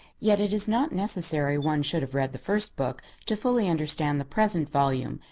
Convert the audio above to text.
yet it is not necessary one should have read the first book to fully understand the present volume,